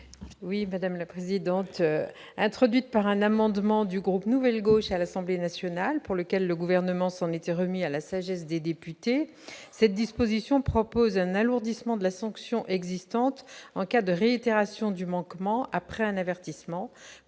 Oui, madame la présidente, introduite par un amendement du groupe Nouvelle Gauche, à l'Assemblée nationale, pour lequel le gouvernement s'en était remis à la sagesse des députés, cette disposition propose un alourdissement de la sanction existante en cas de réitération du manquement après un avertissement